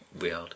Weird